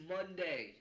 Monday